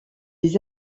des